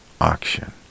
auction